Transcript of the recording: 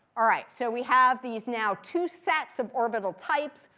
all right, so we have these now two sets of orbital types.